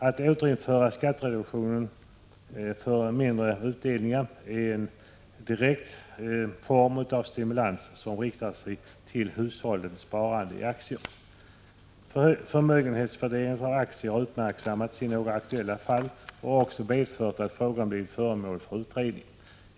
Att återinföra skattereduktionen för mindre utdelningar är en direkt form av stimulans, som riktar sig till hushållens sparande i aktier. Förmögenhetsvärderingen av aktier har uppmärksammats i några aktuella fall, vilket också medfört att frågan blivit föremål för utredning.